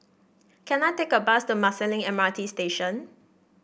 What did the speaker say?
can I take a bus to Marsiling M R T Station